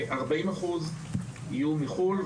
40% יהיו מחו"ל.